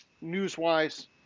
news-wise